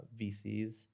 VCs